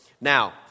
Now